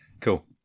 Cool